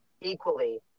equally